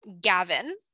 Gavin